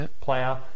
player